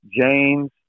james